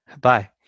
Bye